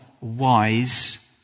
wise